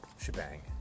shebang